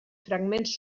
fragments